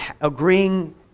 agreeing